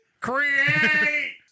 Create